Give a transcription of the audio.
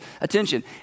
attention